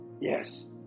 Yes